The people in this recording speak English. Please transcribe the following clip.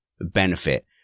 benefit